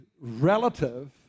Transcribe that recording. relative